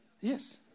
Yes